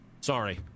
Sorry